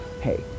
Hey